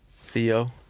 Theo